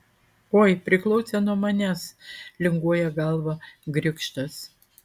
oi priklausė nuo manęs linguoja galvą grikštas